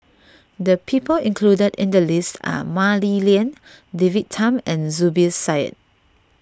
the people included in the list are Mah Li Lian David Tham and Zubir Said